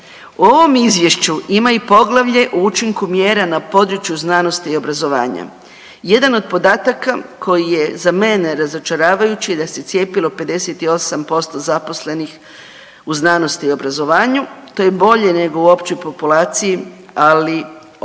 U ovom izvješću ima i poglavlje o učinku mjera na području znanosti i obrazovanja, jedan od podataka koji je za mene razočaravajući je da se cijepilo 58% zaposlenih u znanosti i obrazovanju, to je bolje nego u općoj populaciji, ali očekivala